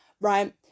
right